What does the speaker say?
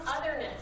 otherness